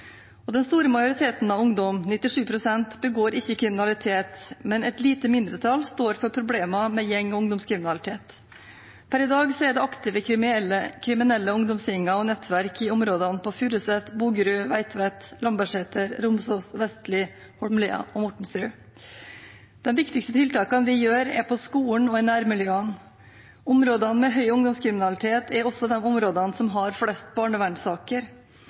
Den store majoriteten av ungdom, 97 pst., begår ikke kriminalitet, men et lite mindretall står for problemer med gjeng- og ungdomskriminalitet. Per i dag er det aktive kriminelle ungdomsgjenger og nettverk i områdene på Furuset, Bogerud, Veitvet, Lambertseter, Romsås, Vestli, Holmlia og Mortensrud. De viktigste tiltakene vi gjør, er på skolene og i nærmiljøene. Områdene med høy ungdomskriminalitet er også de områdene som har flest barnevernssaker.